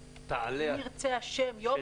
שאם ירצה השם -- תעלה על שולחן הוועדה.